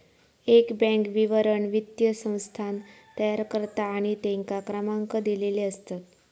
एक बॅन्क विवरण वित्तीय संस्थान तयार करता आणि तेंका क्रमांक दिलेले असतत